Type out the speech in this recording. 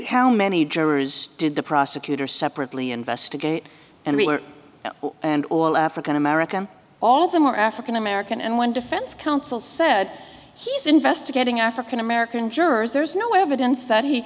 jurors did the prosecutor separately investigate and report and all african american all of them were african american and one defense counsel said he's investigating african american jurors there's no evidence that he